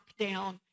lockdown